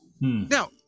Now